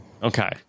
Okay